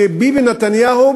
שביבי נתניהו,